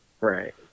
Right